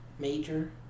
Major